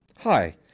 Hi